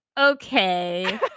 okay